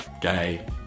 gay